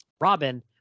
Robin